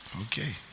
Okay